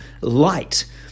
Light